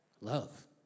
Love